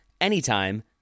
anytime